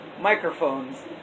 microphones